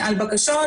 גישה,